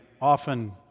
often